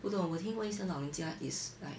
不懂我听过一些老人家 it's like